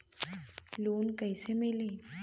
Loan कइसे मिलि?